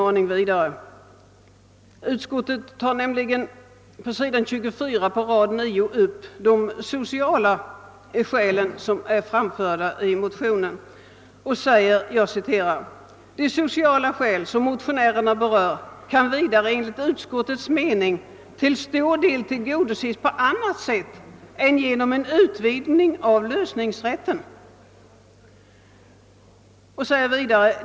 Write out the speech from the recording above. Utskottet tar på sidan 24 rad 9 upp de sociala skäl som anförts i motionen och säger: »De sociala skäl, som motionä rerna berör, kan vidare enligt utskottets mening till stor del tillgodoses på annat sätt än genom en utvidgning av lösningsrätten.